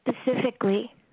specifically